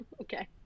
okay